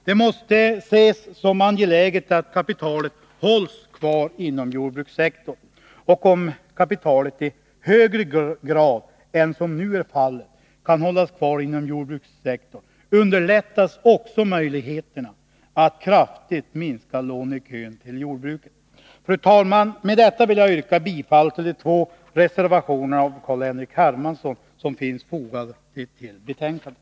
Det måste ses som angeläget att kapitalet hålls kvar inom jordbrukssektorn, och om kapitalet i högre grad än som nu är fallet kan hållas kvar inom jordbrukssektorn, underlättas också möjligheterna att kraftigt minska lånekön till jordbruket. Fru talman! Med detta vill jag yrka bifall till de två reservationerna av Carl-Henrik Hermansson som finns fogade till betänkandet.